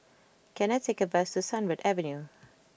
can I take a bus to Sunbird Avenue